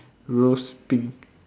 rose pink